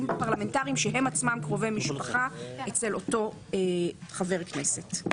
פרלמנטריים שהם עצמם קרובי משפחה אצל אותו חבר הכנסת.